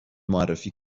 معرفی